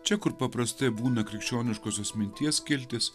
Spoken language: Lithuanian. čia kur paprastai būna krikščioniškosios minties skiltis